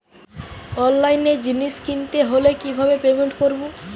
অনলাইনে জিনিস কিনতে হলে কিভাবে পেমেন্ট করবো?